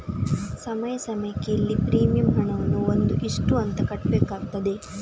ಸಮಯ ಸಮಯಕ್ಕೆ ಇಲ್ಲಿ ಪ್ರೀಮಿಯಂ ಹಣವನ್ನ ಒಂದು ಇಷ್ಟು ಅಂತ ಕಟ್ಬೇಕಾಗ್ತದೆ